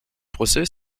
brüssel